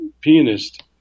pianist